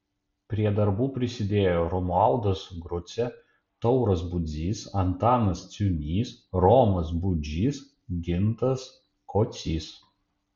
prie darbų prisidėjo romualdas grucė tauras budzys antanas ciūnys romas budžys gintas kocys